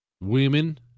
women